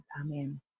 Amen